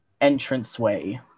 entranceway